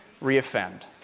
re-offend